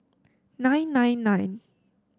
nine nine nine